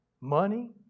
Money